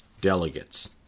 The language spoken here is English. delegates